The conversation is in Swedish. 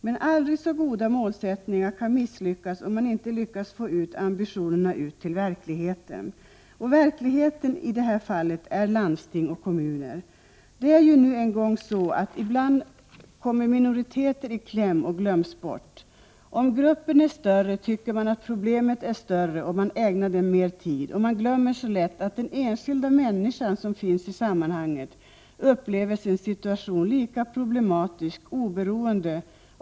Men aldrig så goda målsättningar kan misslyckas, om man inte lyckas få ut ambitionerna till verkligheten. Och verkligheten i det här fallet är landsting och kommuner. Det är ju nu en gång så att minoriteter ibland kommer i kläm och glöms bort. Om gruppen är större tycker man att problemet är större och ägnar det mer tid. Man glömmer så lätt att den enskilda människan som finns i sammanhanget upplever sin situation lika problematisk, oberoende av om hon tillhör den = Prot.